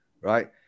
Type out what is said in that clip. right